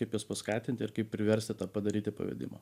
kaip juos paskatinti ir kaip priversti tą padaryti pavedimą